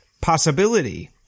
Possibility